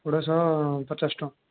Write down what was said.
ପୋଡ଼ ଶହ ପଚାଶ ଟଙ୍କା